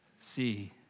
See